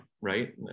right